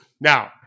Now